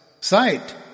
Sight